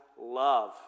love